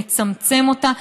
מצמצם אותה,